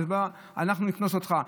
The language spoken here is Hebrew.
אנחנו נקנוס אותך.